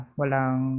walang